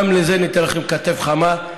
גם לזה ניתן לכם כתף חמה,